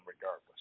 regardless